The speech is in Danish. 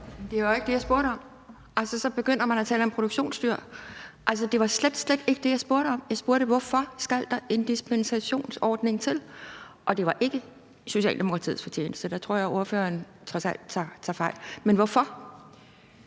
Det var jo ikke det, jeg spurgte om. Så begynder man at tale om produktionsdyr, altså, det var slet, slet ikke det, jeg spurgte om. Jeg spurgte: Hvorfor skal der en dispensationsordning til? Og det var ikke Socialdemokratiets fortjeneste. Der tror jeg, at ordføreren trods alt tager fejl. Men hvorfor